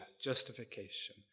justification